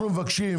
אנחנו מבקשים,